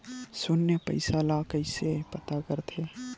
शून्य पईसा ला कइसे पता करथे?